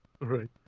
Right